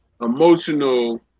emotional